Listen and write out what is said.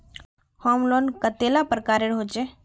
Home loan कतेला प्रकारेर होचे?